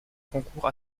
concours